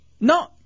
No